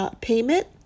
payment